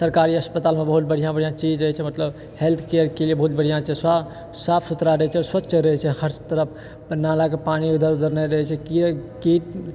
सरकारी अस्पतालमे बहुत बढ़िआँ बढ़िआँ चीज रहैत छै मतलब हेल्थ केयर लिए बहुत बढ़िआँ चीज छै साफ सुथड़ा दै छै स्वक्ष रहै छै हर तरफ नालाके पानी इधर उधर नहि रहैत छै किएकि